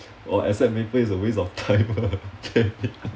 or accept maple is a waste of time